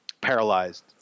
paralyzed